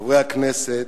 חברי הכנסת,